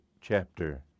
chapter